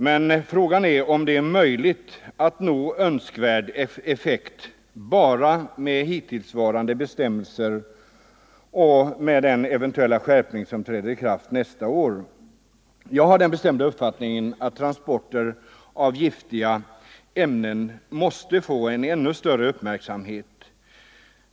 Men fråga är om det är möjligt att nå önskvärd effekt bara med hittillsvarande bestämmelser och med den eventuella skärpning som träder i kraft nästa år. Jag har den bestämda uppfattningen att transporter av giftiga ämnen måste få en ännu större uppmärksamhet.